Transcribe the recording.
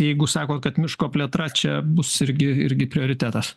jeigu sako kad miško plėtra čia bus irgi irgi prioritetas